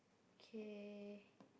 okay